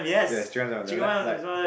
yes she want some they will like like